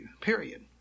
Period